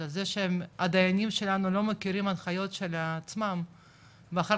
אז זה שהדיינים שלנו לא מכירים הנחיות של עצמם ואחר